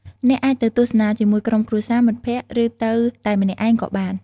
អ្នកអាចទៅទស្សនាជាមួយក្រុមគ្រួសារ មិត្តភក្តិ ឬទៅតែម្នាក់ឯងក៏បាន។